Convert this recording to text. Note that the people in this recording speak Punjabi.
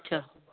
ਅੱਛਾ